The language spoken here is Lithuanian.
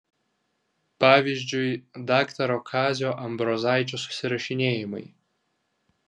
pavyzdžiui daktaro kazio ambrozaičio susirašinėjimai